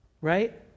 Right